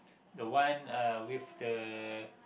the one uh with the